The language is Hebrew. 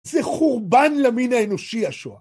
זה חורבן למין האנושי, השואה.